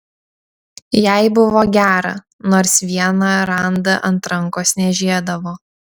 jai buvo gera nors vieną randą ant rankos niežėdavo